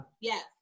Yes